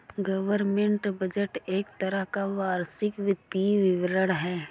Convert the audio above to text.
government budget एक तरह का वार्षिक वित्तीय विवरण है